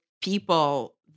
people